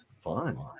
fun